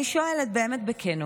אני שואלת באמת בכנות: